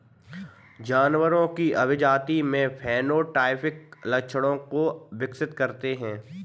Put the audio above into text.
जानवरों की अभिजाती में फेनोटाइपिक लक्षणों को विकसित करते हैं